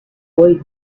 boy